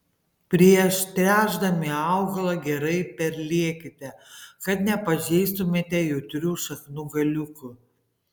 prieš tręšdami augalą gerai perliekite kad nepažeistumėte jautrių šaknų galiukų